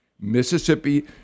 Mississippi